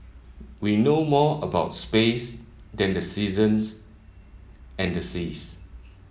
we know more about space than the seasons and the seas